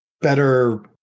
better